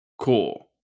Cool